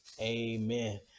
Amen